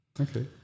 Okay